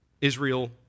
Israel